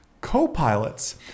co-pilots